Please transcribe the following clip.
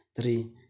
three